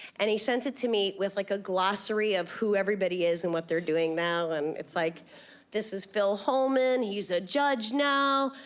and he sent it to me with, like, a glossary of who everybody is and what they're doing now. and it's like this is phil holman. he's a judge now.